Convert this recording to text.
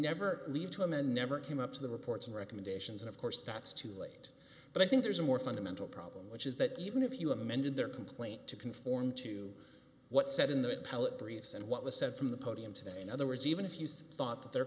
never leave two and then never came up to the reports and recommendations and of course that's too late but i think there's a more fundamental problem which is that even if you amended their complaint to conform to what said in that pellet briefs and what was said from the podium today in other words even if you thought that their